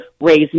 raise